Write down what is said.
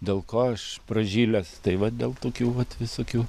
dėl ko aš pražilęs tai vat dėl tokių vat visokių